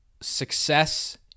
success